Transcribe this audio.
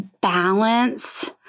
balance